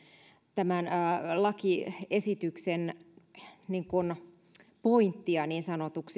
tämän lakiesityksen pointtia niin sanotusti